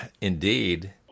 indeed